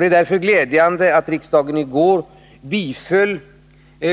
Det är därför glädjande att riksdagen i går biföll